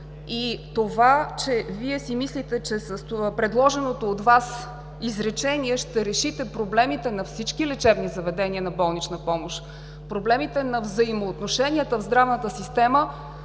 и това, че Вие си мислите, че с предложеното от Вас изречение ще решите проблемите на всички лечебни заведения на болнична помощ, проблемите на взаимоотношенията в здравната система,